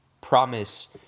promise